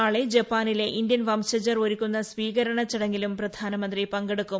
നാളെ ജപ്പാനിലെ ഇന്ത്യൻ വംശജർ ഒരുക്കുന്ന സ്വീകരണ ചടങ്ങിലും പ്രധാനമന്ത്രി പങ്കെടുക്കും